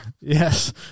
Yes